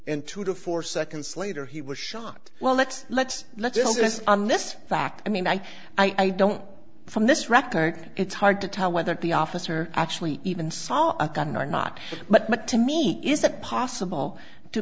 and two to four seconds later he was shot well let's let's let's illness on this fact i mean i i don't from this record it's hard to tell whether the officer actually even saw a gun or not but to me is it possible to